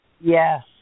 Yes